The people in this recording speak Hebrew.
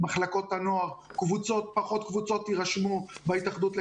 במחלקות הנוער פחות קבוצות יירשמו בהתאחדות לכדורגל.